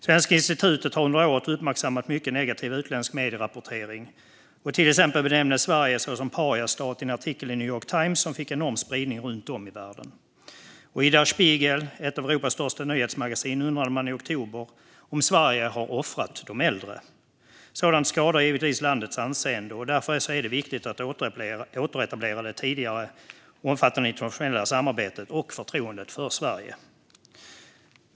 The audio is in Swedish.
Svenska institutet har under året uppmärksammat mycket negativ utländsk medierapportering. Till exempel benämndes Sverige som pariastat i en artikel i New York Times, som fick enorm spridning runt om världen. Och i Der Spiegel, ett av Europas största nyhetsmagasin, undrade man i oktober om Sverige har offrat de äldre. Sådant skadar givetvis landets anseende. Därför är det viktigt att återetablera det tidigare omfattande internationella samarbetet och förtroendet för Sverige.